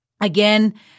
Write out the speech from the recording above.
Again